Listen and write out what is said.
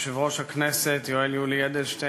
יושב-ראש הכנסת יולי יואל אדלשטיין,